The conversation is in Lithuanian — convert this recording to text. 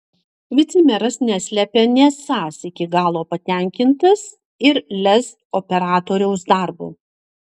vicemeras neslepia nesąs iki galo patenkintas ir lez operatoriaus darbu